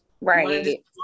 Right